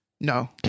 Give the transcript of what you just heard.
No